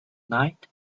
night